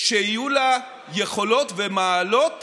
שיהיו לה יכולות ומעלות